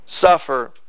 Suffer